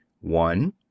One